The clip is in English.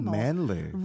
manly